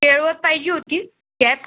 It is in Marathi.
केळवद पाहिजे होती कॅब